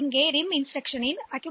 எனவே RIM திரட்டல் உள்ளமைவு இது போன்றது